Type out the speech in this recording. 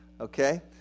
okay